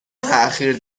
تاخیر